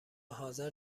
حاضر